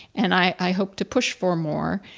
and i hope to push for more,